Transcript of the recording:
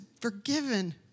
forgiven